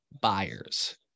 buyers